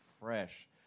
fresh